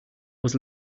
was